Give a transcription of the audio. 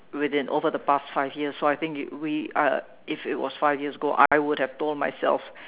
within over the past five years so I think we I if it was five years ago I would've told myself